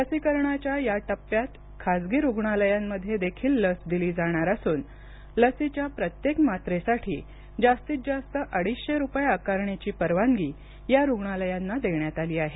लसीकरणाच्या या टप्प्यात खाजगी रुग्णालयांमध्येदेखील लस दिली जाणार असून लशीच्या प्रत्येक मात्रेसाठी जास्तीत जास्त अडीचशे रुपये आकारण्याची परवानगी या रुग्णालयांना देण्यात आली आहे